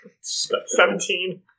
Seventeen